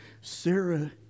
Sarah